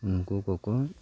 ᱩᱱᱠᱩ ᱠᱚᱠᱚ